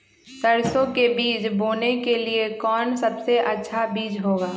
सरसो के बीज बोने के लिए कौन सबसे अच्छा बीज होगा?